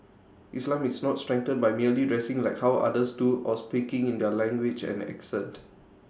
islam is not strengthened by merely dressing like how others do or speaking in their language and accent